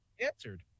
Answered